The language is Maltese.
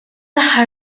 aħħar